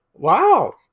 Wow